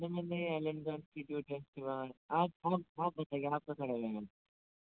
institute है के बाहर आप आप बताइए आप कहाँ खड़े हैं मैम